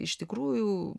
išiš tikrųjų nu